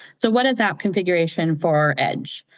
so what is app configuration for edge?